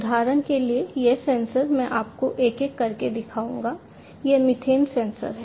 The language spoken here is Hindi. उदाहरण के लिए यह सेंसर मैं आपको एक एक करके दिखाऊंगा यह मीथेन सेंसर है